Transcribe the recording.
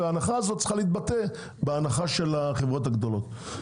וההנחה הזו צריכה להתבטא בהנחה של החברות הגדולות.